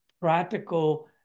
practical